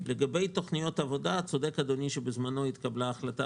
לגבי תוכניות עבודה צודק אדוני שבזמנו התקבלה החלטה